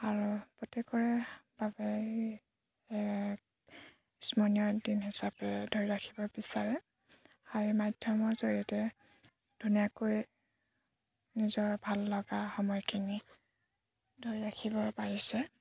আৰু প্ৰত্যেকৰে বাবে স্মৰণীয় দিন হিচাপে ধৰি ৰাখিব বিচাৰে আৰু এই মাধ্যমৰ জৰিয়তে ধুনীয়াকৈ নিজৰ ভাল লগা সময়খিনি ধৰি ৰাখিব পাৰিছে